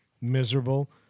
miserable